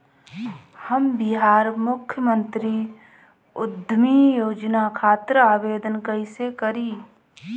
हम बिहार मुख्यमंत्री उद्यमी योजना खातिर आवेदन कईसे करी?